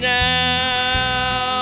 now